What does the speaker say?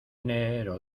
enero